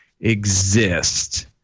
exist